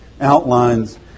outlines